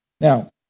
Now